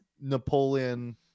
Napoleon-